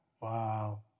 Wow